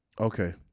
Okay